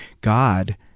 God